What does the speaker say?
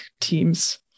teams